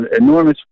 enormous